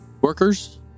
workers